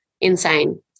insane